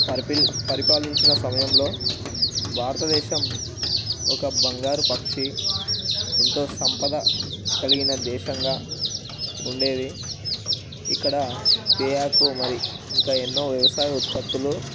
పరిపి పరిపాలించిన సమయంలో భారతదేశం ఒక బంగారు పక్షి ఎంతో సంపద కలిగిన దేశంగా ఉండేది ఇక్కడ తేయాకు మరి ఇంకా ఎన్నో వ్యవసాయ ఉత్పత్తులు